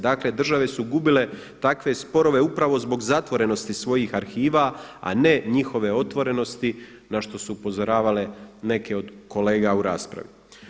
Dakle države su gubile takve sporove upravo zbog zatvorenosti svojih arhiva a ne njihove otvorenosti na što su upozoravale neke od kolega u raspravi.